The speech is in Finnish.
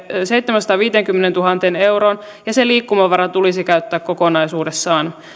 seitsemäänsataanviiteenkymmeneentuhanteen euroon ja se liikkumavara tulisi käyttää kokonaisuudessaan